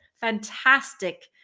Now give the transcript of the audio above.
Fantastic